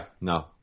no